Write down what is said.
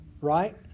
Right